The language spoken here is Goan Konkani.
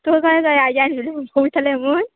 तुका कहें कळ्ळें आजय वयतले म्हूण